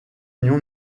union